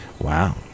Wow